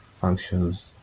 functions